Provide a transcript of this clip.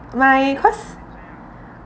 my cause